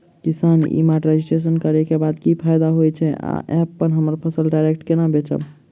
किसान e mart registration करै केँ बाद की फायदा होइ छै आ ऐप हम फसल डायरेक्ट केना बेचब?